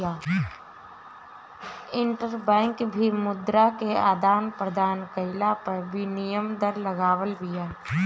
interbank भी मुद्रा के आदान प्रदान कईला पअ विनिमय दर लगावत बिया